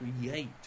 create